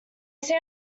seem